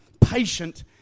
patient